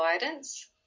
guidance